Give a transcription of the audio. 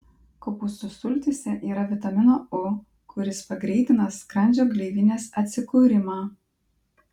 kopūstų sultyse yra vitamino u kuris pagreitina skrandžio gleivinės atsikūrimą